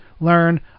learn